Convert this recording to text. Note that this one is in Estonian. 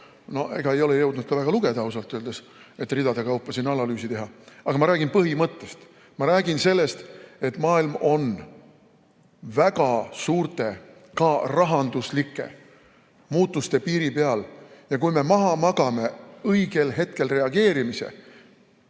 öeldes seda väga lugeda, ridade kaupa analüüsi teha. Ma räägin põhimõttest. Ma räägin sellest, et maailm on väga suurte, ka rahanduslike muutuste piiri peal ja kui me maha magame õigel hetkel reageerimise,